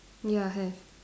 ya have